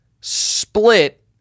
split